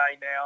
now